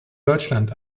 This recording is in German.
deutschland